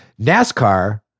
NASCAR